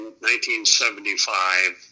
1975